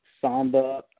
samba